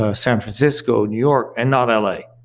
ah san francisco, new york and not like